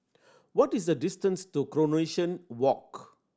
what is the distance to Coronation Walk